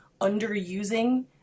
underusing